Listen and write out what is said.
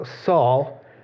Saul